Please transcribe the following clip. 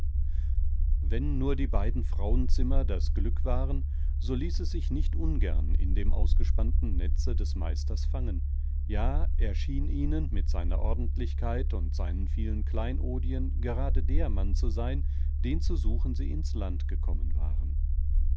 wenn nun die beiden frauenzimmer das glück waren so ließ es sich nicht ungern in dem ausgespannten netze des meisters fangen ja er schien ihnen mit seiner ordentlichkeit und seinen vielen kleinodien gerade der mann zu sein den zu suchen sie ins land gekommen waren